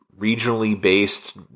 regionally-based